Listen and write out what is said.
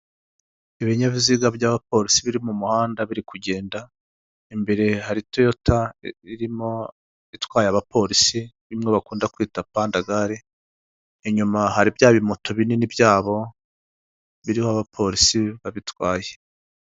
Ibinyabiziga by'abapolisi biri mu muhanda biri kugenda. Imbere hari toyota irimo itwaye abapolisi, imwe bakunda kwita pandagare. Inyuma hari bya bimoto binini byabo biriho abapolisi babitwaye.